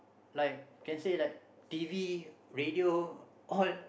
like can say like T_V radio all